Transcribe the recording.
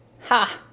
Ha